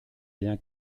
bien